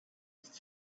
with